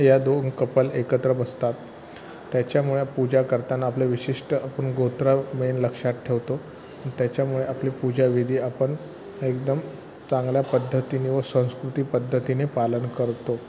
या दोन कपल एकत्र बसतात त्याच्यामुळं पूजा करताना आपलं विशिष्ट आपण गोत्राव् मेन लक्षात ठेवतो त्याच्यामुळे आपली पूजाविधी आपण एकदम चांगल्या पद्धतीने व संस्कृती पद्धतीने पालन करतो